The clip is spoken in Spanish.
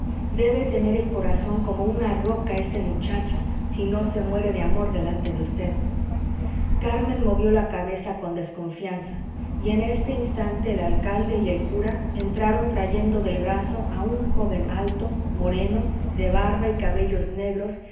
debe tener el corazón como una roca ese muchacho si no se muere de amor delante de vd carmen movió la cabeza con desconfianza y en este instante el alcalde y el cura entraron trayendo del brazo a un joven alto moreno de barba y cabellos negros